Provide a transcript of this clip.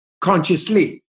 consciously